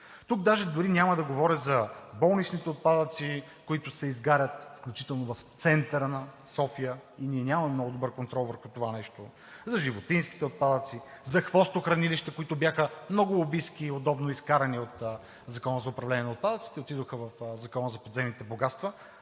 Тук даже дори няма да говоря за болничните отпадъци, които се изгарят, включително в центъра на София, и ние нямаме много добър контрол върху това нещо за животинските отпадъци, за хвостохранилища, които бяха много лобистки и удобно изкарани от Закона за управление на отпадъците и отидоха в Закона за подземните богатства